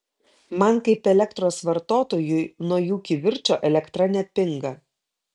man kaip elektros vartotojui nuo jų kivirčo elektra nepinga